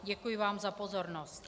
Děkuji vám za pozornost.